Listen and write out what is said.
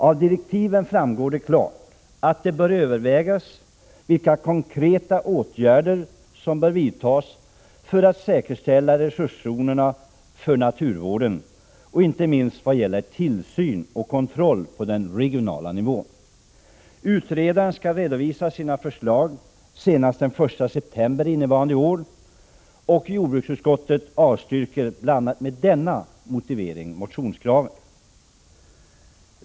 Av direktiven framgår det klart att det bör övervägas vilka konkreta åtgärder som bör vidtas för att säkerställa resurszonerna för naturvården inte minst vad gäller tillsyn och kontroll på den regionala nivån. Utredaren skall redovisa sina förslag senast den 1 september innevarande år. Jordbruksutskottet avstyrker bl.a. med denna motivering motionskraven.